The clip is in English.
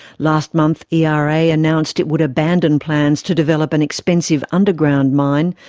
last month era announced it would abandon plans to develop an expensive underground mine,